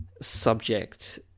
subject